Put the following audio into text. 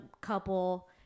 couple